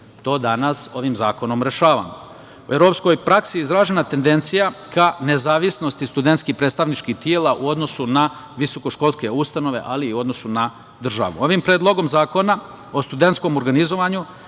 To danas ovim zakonom rešavamo. U evropskoj praksi je izražena tendencija ka nezavisnosti studentskih predstavničkih tela u odnosu na visokoškolske ustanove, ali i u odnosu na državu. Ovim Predlogom zakona o studentskom organizovanju